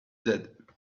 dead